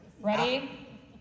Ready